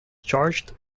charged